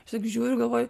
aš taip žiūriu galvoju